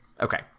Okay